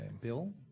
Bill